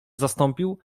zastąpił